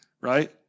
right